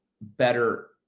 better